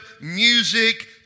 music